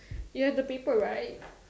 you have the paper right